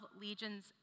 legions